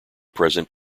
present